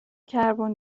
کربن